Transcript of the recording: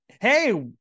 hey